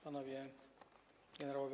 Panowie Generałowie!